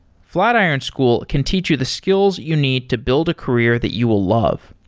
flatiron school can teach you the skills you need to build a career that you will love.